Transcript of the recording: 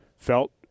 Felt